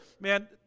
man